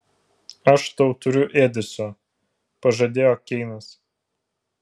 aš tau turiu ėdesio pažadėjo keinas